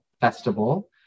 Festival